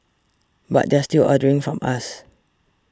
but they're still ordering from us